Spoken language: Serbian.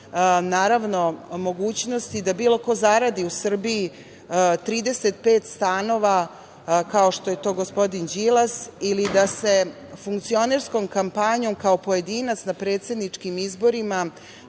naravno mogućnosti da bilo ko zaradi u Srbiji 35 stanova, kao što je to gospodin Đilas ili da se funkcionerskom kampanjom kao pojedinac na predsedničkim izborima